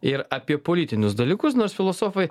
ir apie politinius dalykus nors filosofai